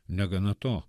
negana to